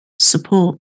support